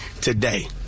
today